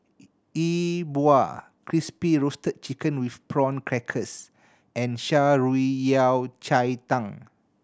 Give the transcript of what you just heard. E Bua Crispy Roasted Chicken with Prawn Crackers and Shan Rui Yao Cai Tang